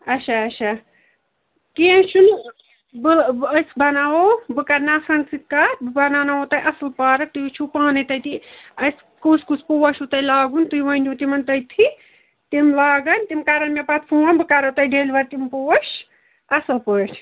اچھا اچھا کیٚنٛہہ چھُنہٕ بہٕ بہٕ أسۍ بَناوو بہٕ کَرنفرن سۭتۍ کَتھ بہٕ بَناوناوہو تۄہہِ اصٕل پارک تُہۍ وچھُو پانے تَتی اسہِ کُس کُس پوش چھُو تۄہہِ لاگُن تُہۍ ؤنِو تِمن تٔتتھٕے تِم لاگن تِم کَرن مےٚ پتہٕ فوٗن بہٕ کَرو تۄہہِ ڈیٚلِور تِم پوش اصٕل پٲٹھۍ